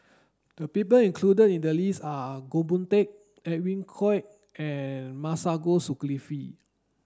the people included in the list are Goh Boon Teck Edwin Koek and Masagos Zulkifli